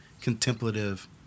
contemplative